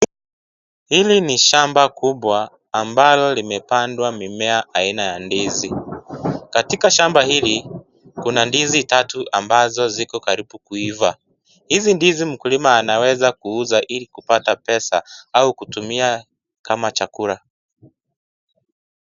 Hili ni shamba kubwa ambalo limepandwa mimea aina ya ndizi. Katika shamba hili kuna ndizi tatu ambazo ziko karibu kuiva. Hizi ndizi mkulima anaweza kuuza ili kupata pesa au kutumia kama chakula.